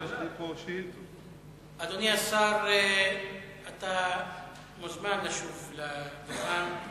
אדוני השר, אתה מוזמן לשוב לדוכן.